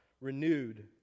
renewed